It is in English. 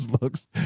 looks